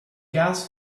gas